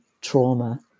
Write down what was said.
trauma